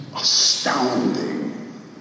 astounding